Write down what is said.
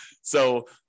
So-